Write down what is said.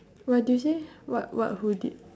what did you say what what who did